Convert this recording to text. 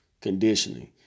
conditioning